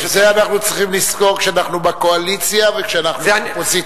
את זה אנחנו צריכים כשאנחנו בקואליציה וכשאנחנו באופוזיציה.